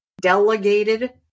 delegated